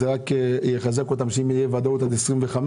זה רק יחזק אותם שאם תהיה ודאות עד 25',